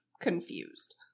confused